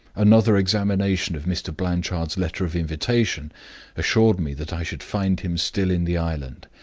another examination of mr. blanchard's letter of invitation assured me that i should find him still in the island,